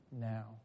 now